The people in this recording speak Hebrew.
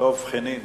דב חנין,